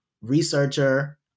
researcher